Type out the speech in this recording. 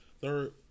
third